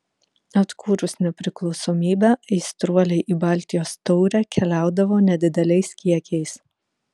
atkūrus nepriklausomybę aistruoliai į baltijos taurę keliaudavo nedideliais kiekiais